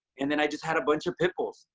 and then i just had a bunch of pitbulls,